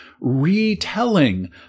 retelling